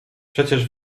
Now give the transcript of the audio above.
przecież